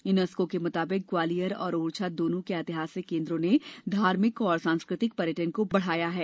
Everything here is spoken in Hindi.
यूनेस्को के मुताबिक ग्वालियर और ओरछा दोनों के ऐतिहासिक केंद्रो ने धार्मिक और सांस्कृतिक पर्यटन को बढ़ाया है